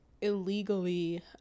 illegally